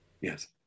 Yes